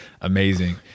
amazing